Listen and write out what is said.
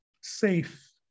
safe